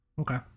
okay